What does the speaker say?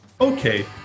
okay